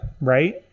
Right